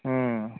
ಹ್ಞೂ